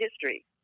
history